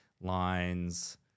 lines